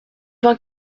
vingt